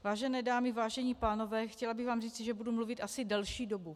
Vážené dámy, vážení pánové, chtěla bych vám říci, že budu mluvit asi delší dobu.